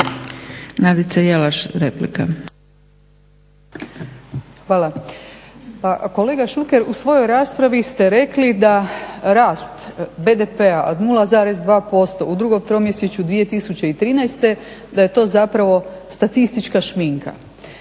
Nadica (SDP)** Hvala. Pa kolega Šuker u svojoj raspravi ste rekli da rast BDP-a od 0,2% u drugom tromjesečju 2013.da je to zapravo statistička šminka.